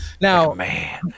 Now